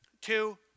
Two